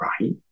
right